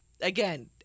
again